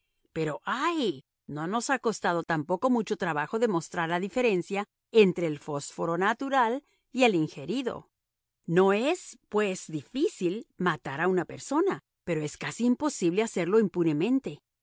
pero ay no nos ha costado tampoco mucho trabajo demostrar la diferencia entre el fósforo natural y el ingerido no es pues difícil matar a una persona pero es casi imposible hacerlo impunemente